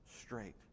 straight